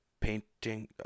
painting